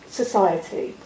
society